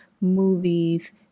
movies